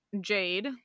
Jade